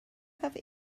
have